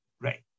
Right